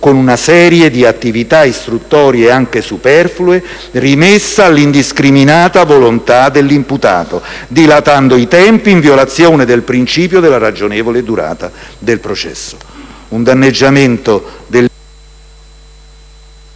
con una serie di attività istruttorie anche superflue, rimesse all'indiscriminata volontà dell'imputato, dilatando i tempi in violazione del principio della ragionevole durata del processo. Si tratterebbe di